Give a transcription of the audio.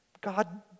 God